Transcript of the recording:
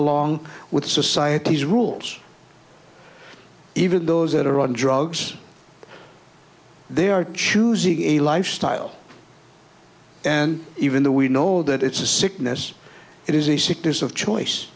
along with society's rules even those that are on drugs they are choosing a lifestyle and even though we know that it's a sickness it is a sickness of choice